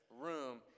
room